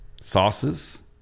Sauces